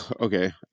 okay